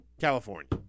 California